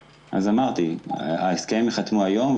אמרתי: ההסכם ייחתם היום,